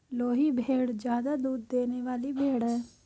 लोही भेड़ ज्यादा दूध देने वाली भेड़ है